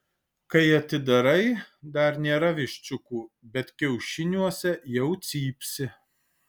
kai atidarai dar nėra viščiukų bet kiaušiniuose jau cypsi